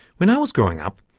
when i was growing up,